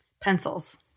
pencils